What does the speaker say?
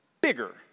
bigger